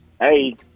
Hey